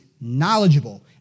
knowledgeable